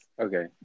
okay